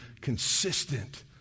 consistent